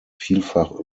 vielfach